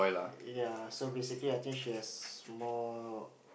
ya so basically I think she has more